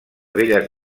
belles